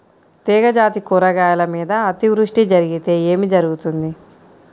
తీగజాతి కూరగాయల మీద అతివృష్టి జరిగితే ఏమి జరుగుతుంది?